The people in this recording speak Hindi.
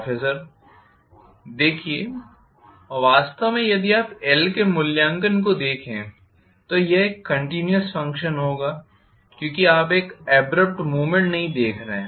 प्रोफेसर देखिए वास्तव में यदि आप Lके मूल्यांकन को देखें तो यह एक कंटिन्युवस फंक्शन होगा क्योंकि आप एक अब्रप्ट मूवमेंट नहीं देख रहे हैं